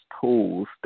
tools